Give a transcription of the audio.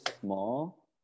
small